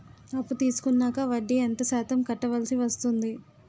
అప్పు తీసుకున్నాక వడ్డీ ఎంత శాతం కట్టవల్సి వస్తుంది?